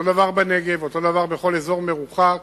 ואותו הדבר בנגב ובכל אזור מרוחק,